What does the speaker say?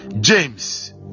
James